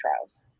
trials